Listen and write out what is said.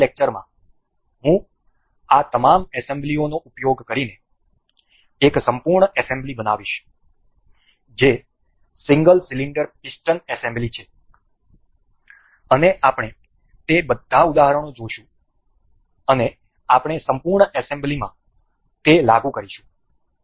હવે પછીના લેક્ચરમાં હું આ તમામ એસેમ્બલીઓનો ઉપયોગ કરીને એક સંપૂર્ણ એસેમ્બલી બનાવીશ જે સિંગલ સિલિન્ડર પિસ્ટન એસેમ્બલી છે અને આપણે તે બધા ઉદાહરણો જોશું અને આપણે સંપૂર્ણ એસેમ્બલીમાં તે લાગુ કરીશું